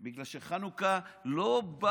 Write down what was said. בגלל שחנוכה לא בא